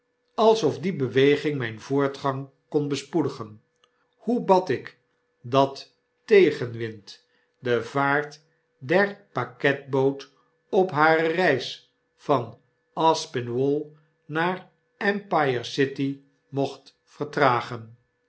alsof die beweging myn voortgang kon bespoedigen hoe bad ik dat tegenwind de vaart der paketboot op hare reis van as pin wall naar empire cyty mocht vertragen